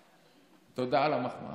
תודה על המחמאה.